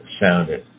sounded